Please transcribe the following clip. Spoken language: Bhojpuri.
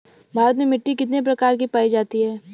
भारत में मिट्टी कितने प्रकार की पाई जाती हैं?